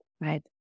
right